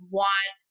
want